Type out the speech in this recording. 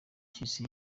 cy’isi